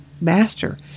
Master